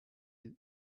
you